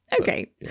okay